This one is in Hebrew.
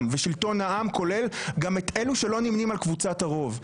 ושלטון העם כולל גם את אלה שלא נמנים על קבוצת הרוב.